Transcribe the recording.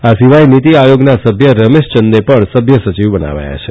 આ સિવાય નીતિ આયોગના સભ્યોએ રમેશચંદને પણ સભ્ય સચિવ બનાવ્યા છે